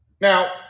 Now